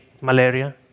malaria